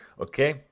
Okay